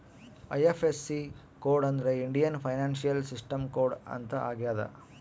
IFSC code ಅಂದ್ರೆ Indian financial system code ಅಂತ ಆಗ್ಯದ